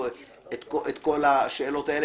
את כל השאלות האלה.